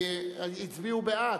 הצביעו בעד,